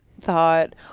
thought